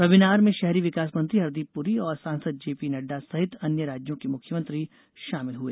webinar में शहरी विकास मंत्री हरदीप पुरी और सांसद जेपी नड्डा सहित अन्य राज्यों के मुख्यमंत्री शामिल हुए